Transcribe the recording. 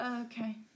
Okay